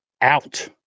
out